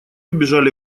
убежали